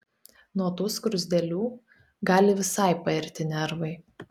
nuo tų skruzdėlių gali visai pairti nervai